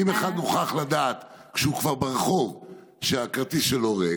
ואם אחד נוכח לדעת כשהוא כבר ברחוב שהכרטיס שלו ריק,